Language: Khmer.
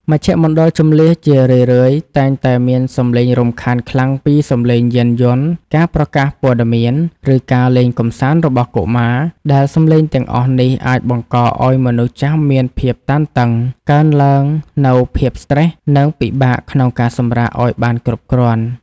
មជ្ឈមណ្ឌលជម្លៀសជារឿយៗតែងតែមានសម្លេងរំខានខ្លាំងពីសម្លេងយានយន្ត ការប្រកាសព័ត៌មាន ឬការលេងកម្សាន្តរបស់កុមារ ដែលសម្លេងទាំងអស់នេះអាចបង្កឱ្យមនុស្សចាស់មានភាពតានតឹង កើនឡើងនូវភាពស្ត្រេស និងពិបាកក្នុងការសម្រាកឱ្យបានគ្រប់គ្រាន់។